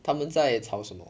他们在吵什么